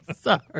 sorry